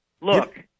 Look